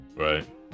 Right